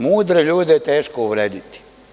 Mudre ljude je teško uvrediti.